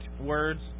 words